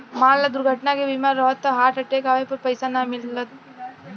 मान ल दुर्घटना के बीमा रहल त हार्ट अटैक आवे पर पइसा ना मिलता